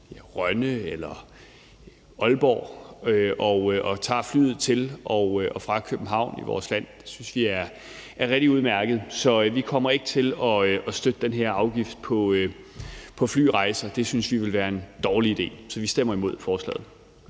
Rønne eller Aalborg og tager flyet til og fra København i vores land. Det synes vi er rigtig udmærket. Så vi kommer ikke til at støtte den her afgift på flyrejser. Det synes vi vil være en dårlig idé. Så vi stemmer imod forslaget.